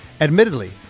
Admittedly